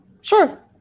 sure